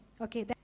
Okay